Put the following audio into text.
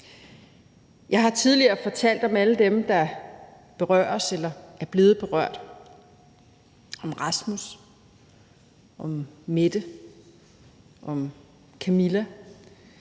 Jeg har tidligere fortalt om alle dem, der berøres eller er blevet berørt – om Rasmus, om Mette, om Camilla